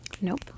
Nope